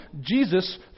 Jesus